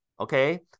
Okay